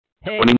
Hey